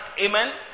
Amen